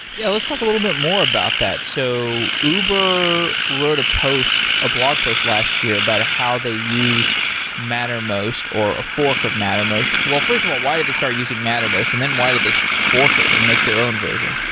yeah, let's talk a little bit more about that. so uber wrote a post, a blog post last year about how they use mattermost, or a fork of mattermost. first of all, why did they start using mattermost and then why did they fork it and make their own version?